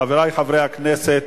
חברי חברי הכנסת,